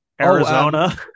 Arizona